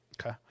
Okay